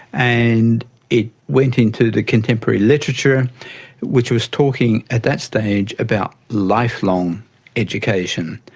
and it went into the contemporary literature which was talking at that stage about lifelong education.